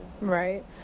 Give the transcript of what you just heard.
Right